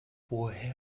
woher